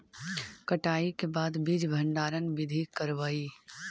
कटाई के बाद बीज भंडारन बीधी करबय?